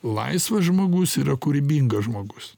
laisvas žmogus yra kūrybingas žmogus